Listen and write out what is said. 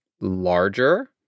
larger